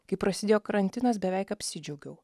kai prasidėjo karantinas beveik apsidžiaugiau